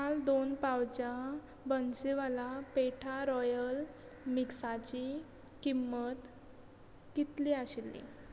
काल दोन पावचां बन्सीवाला पेठा रॉयल मिक्साची किंमत कितली आशिल्ली